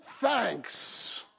thanks